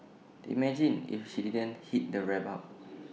imagine if she didn't heat the wrap up